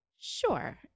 Sure